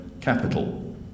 capital